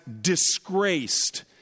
disgraced